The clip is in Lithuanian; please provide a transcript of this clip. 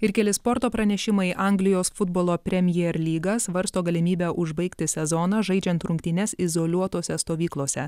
ir keli sporto pranešimai anglijos futbolo premjer lyga svarsto galimybę užbaigti sezoną žaidžiant rungtynes izoliuotose stovyklose